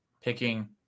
picking